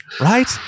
Right